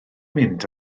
mynd